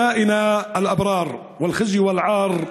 תהילה וחיי נצח לשהידים שלנו החפים מפשע וחרפה וקלון